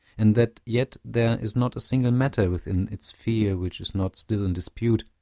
and that yet there is not a single matter within its sphere which is not still in dispute,